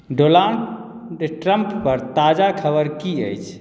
Donald Trump पर ताजा खबर की अछि